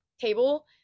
table